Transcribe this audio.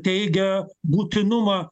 teigia būtinumą